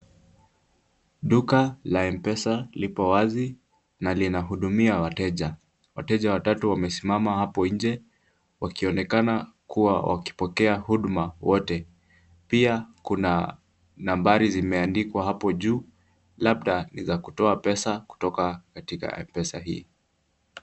Duka la M-pesa lipo wazi na lina hudumia wateja . Wateja watatu wamesimama hapo nje wakionekana kuwa wakipokea huduma wote , pia kuna nambari zimeandikwa hapo juu labda ni za kutoa pesa kutoka katika M-pesa hii.